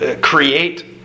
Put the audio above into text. create